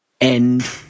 End